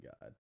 God